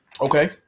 Okay